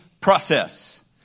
process